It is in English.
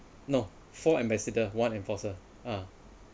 no four ambassador one enforcer ah